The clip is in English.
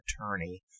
attorney